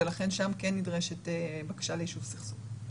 ולכן שם כן נדרשת בקשה ליישוב סכסוך.